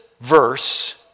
verse